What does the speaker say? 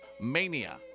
mania